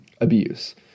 abuse